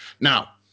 Now